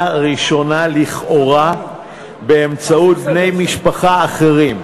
ראשונה לכאורה באמצעות בני משפחה אחרים,